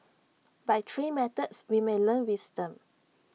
by three methods we may learn wisdom